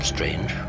Strange